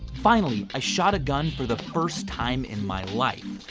finally, i shot a gun for the first time in my life.